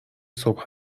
صبح